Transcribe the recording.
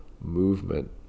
movement